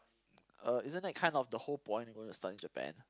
uh isn't that kinda the whole point of going to study in Japan